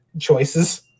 choices